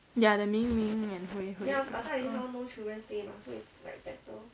ya the ming ming and hui hui